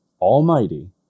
Almighty